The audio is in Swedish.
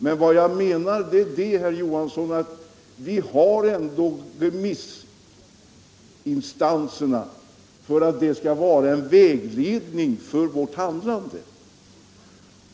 Men vad jag menar är att man ju har remissinstanser för att de skall ge vägledning.